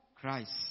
Christ